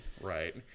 right